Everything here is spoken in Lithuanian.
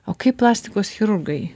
o kaip plastikos chirurgai